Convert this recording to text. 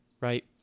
right